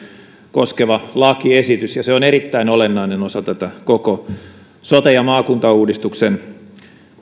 koskeva lakiesitys ja se on erittäin olennainen osa tätä koko sote ja maakuntauudistuksen